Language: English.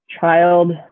child